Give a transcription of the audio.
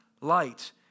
light